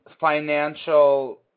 financial